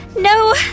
No